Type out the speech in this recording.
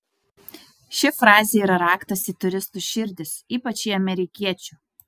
ši frazė yra raktas į turistų širdis ypač į amerikiečių